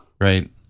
Right